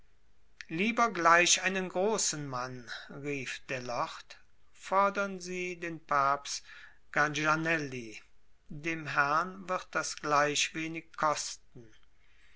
lieber gleich einen großen mann rief der lord fordern sie den papst ganganelli dem herrn wird das gleich wenig kosten